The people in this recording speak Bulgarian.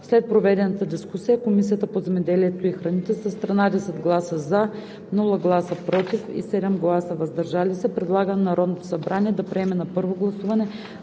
След проведената дискусия, Комисията по земеделието и храните с 13 гласа „за“, без „против“ и 7 гласа „въздържал се“ предлага на Народното събрание да приеме на първо гласуване